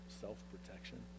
self-protection